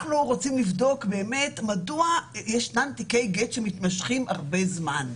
אנחנו רוצים לבדוק באמת מדוע ישנם תיקי גט שמתמשכים הרבה זמן.